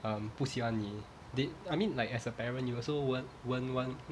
um 不喜欢你 they I mean like as a parent you also won't won't [one]